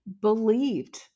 believed